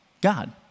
God